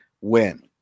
win